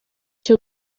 cyo